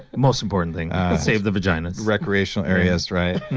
most important thing save the vaginas recreational areas, right?